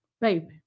Baby